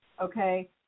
okay